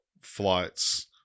flights